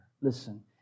Listen